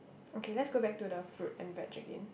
okay let's go back to the fruit and veg again